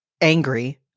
angry